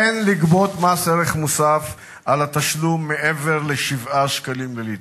אין לגבות מס ערך מוסף על התשלום מעבר ל-7 שקלים לליטר.